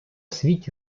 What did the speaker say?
світі